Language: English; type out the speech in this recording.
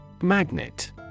Magnet